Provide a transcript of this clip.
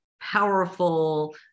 powerful